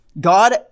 God